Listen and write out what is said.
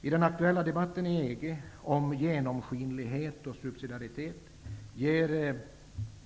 Den aktuella debatten i EG om genomskinlighet och subsidiaritet